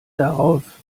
darauf